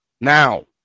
now